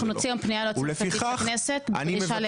אנחנו נוציא היום פנייה ליועצת המשפטית לכנסת בבקשה לעמדה.